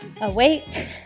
awake